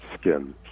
skin